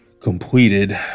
Completed